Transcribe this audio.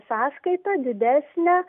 sąskaitą didesnę